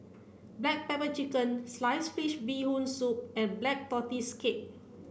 black pepper chicken sliced fish bee hoon soup and black tortoise cake